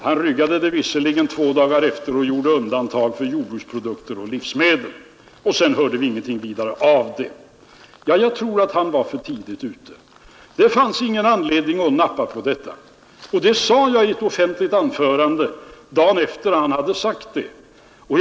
Han ryggade visserligen två dagar senare tillbaka och gjorde undantag för jordbruksprodukter och livsmedel, och sedan hörde vi ingenting vidare av det. Ja, jag tror att han var för tidigt ute. Det fanns ingen anledning att nappa på det förslaget, och det sade jag i ett offentligt anförande dagen efter det att han hade framställt det.